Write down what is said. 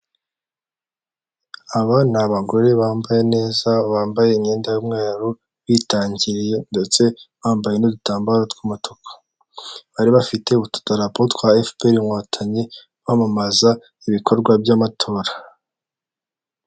Hirya no hino ugenda usanga hari amasoko atandukanye kandi acuruza ibicuruzwa bitandukanye, ariko amenshi murayo masoko usanga ahuriyeho n'uko abacuruza ibintu bijyanye n'imyenda cyangwa se imyambaro y'abantu bagiye batandukanye. Ayo masoko yose ugasanga ari ingirakamaro cyane mu iterambere ry'umuturage ukamufasha kwiteraza imbere mu buryo bumwe kandi akanamufasha no kubaho neza mu buryo bw'imyambarire.